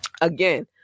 Again